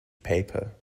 paper